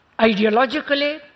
ideologically